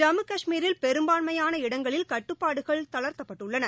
ஜம்மு கஷ்மீரில் பெரும்பான்மையான இடங்களில் கட்டுப்பாடுகள் தளா்த்தப்பட்டுள்ளன